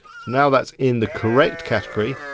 now that's in the correct category.